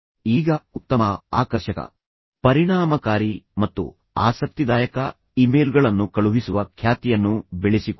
ಈಗ ಉತ್ತಮ ಆಕರ್ಷಕ ಪರಿಣಾಮಕಾರಿ ಮತ್ತು ಆಸಕ್ತಿದಾಯಕ ಇಮೇಲ್ಗಳನ್ನು ಕಳುಹಿಸುವ ಖ್ಯಾತಿಯನ್ನು ಬೆಳೆಸಿಕೊಳ್ಳಿ